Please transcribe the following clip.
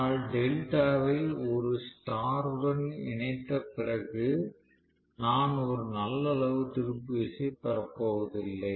ஆனால் டெல்டாவை ஒரு ஸ்டார் உடன் இணைத்த பிறகு நான் ஒரு நல்ல அளவு திருப்பு விசை பெறப்போவதில்லை